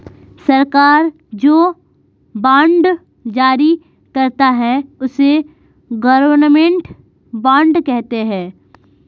सरकार जो बॉन्ड जारी करती है, उसे गवर्नमेंट बॉन्ड कहते हैं